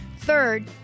Third